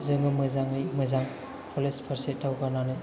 जोङो मोजाङै मोजां कलेज फारसे दावगानानै